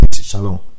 Shalom